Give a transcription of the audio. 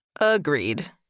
Agreed